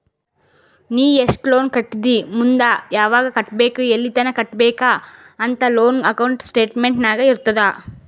ನೀ ಎಸ್ಟ್ ಲೋನ್ ಕಟ್ಟಿದಿ ಮುಂದ್ ಯಾವಗ್ ಕಟ್ಟಬೇಕ್ ಎಲ್ಲಿತನ ಕಟ್ಟಬೇಕ ಅಂತ್ ಲೋನ್ ಅಕೌಂಟ್ ಸ್ಟೇಟ್ಮೆಂಟ್ ನಾಗ್ ಇರ್ತುದ್